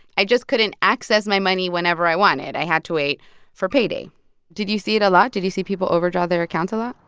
i just couldn't access my money whenever i wanted. i had to wait for payday did you see it a lot? did you see people overdraw their accounts a lot?